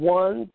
one